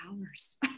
hours